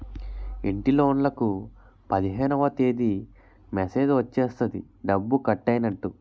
ఇంటిలోన్లకు పదిహేనవ తేదీ మెసేజ్ వచ్చేస్తది డబ్బు కట్టైనట్టు